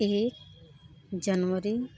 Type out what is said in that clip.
एक जनवरी